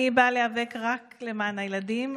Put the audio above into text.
אני באה להיאבק רק למען הילדים,